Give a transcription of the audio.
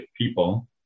people